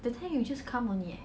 that thing you just come only eh